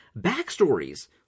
backstories